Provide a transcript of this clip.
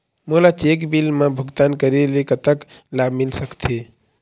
मोला check bill मा भुगतान करेले कतक लाभ मिल सकथे?